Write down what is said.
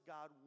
God